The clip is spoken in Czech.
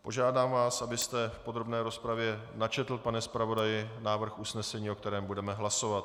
Požádám vás, abyste v podrobné rozpravě načetl, pane zpravodaji, návrh usnesení, o kterém budeme hlasovat.